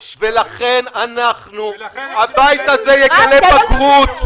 לכן הבית הזה יגלה בגרות.